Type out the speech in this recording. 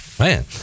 man